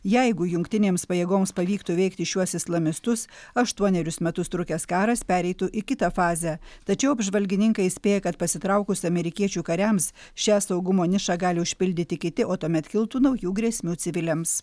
jeigu jungtinėms pajėgoms pavyktų įveikti šiuos islamistus aštuonerius metus trukęs karas pereitų į kitą fazę tačiau apžvalgininkai įspėja kad pasitraukus amerikiečių kariams šią saugumo nišą gali užpildyti kiti o tuomet kiltų naujų grėsmių civiliams